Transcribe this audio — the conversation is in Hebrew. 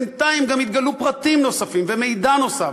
בינתיים גם התגלו פרטים נוספים ומידע נוסף,